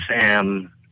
Sam